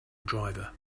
driver